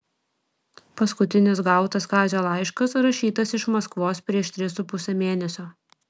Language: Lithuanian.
paskutinis gautas kazio laiškas rašytas iš maskvos prieš tris su puse mėnesio